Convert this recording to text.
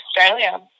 Australia